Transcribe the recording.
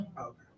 Okay